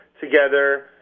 together